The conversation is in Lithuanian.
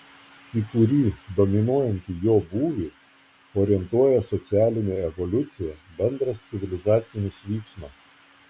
į kurį dominuojantį jo būvį orientuoja socialinė evoliucija bendras civilizacinis vyksmas